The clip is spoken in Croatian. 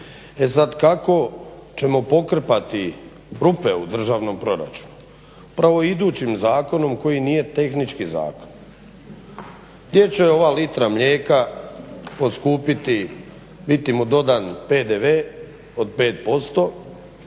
E sad kako ćemo pokrpati rupe u državnom proračunu? Prvo, idućim zakonom koji nije tehnički zakon gdje će ova litra mlijeka poskupiti, biti mu dodan PDV od 5%